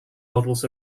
models